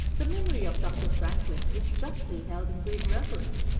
the memory of dr. franklin is justly held in great reverence,